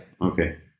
Okay